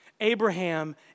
Abraham